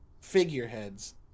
figureheads